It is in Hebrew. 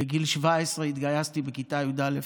בגיל 17 התגייסתי, בכיתה י"א.